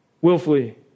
willfully